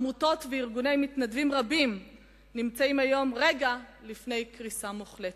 עמותות וארגוני מתנדבים רבים נמצאים היום רגע לפני קריסה מוחלטת.